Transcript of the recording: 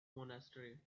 monastery